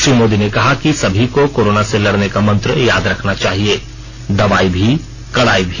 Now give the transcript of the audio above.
श्री मोदी ने कहा कि सभी को कोरोना से लड़र्ने का मंत्र याद रखना चाहिए दवाई भी कड़ाई भी